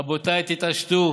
רבותיי, תתעשתו,